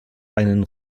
einen